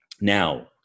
Now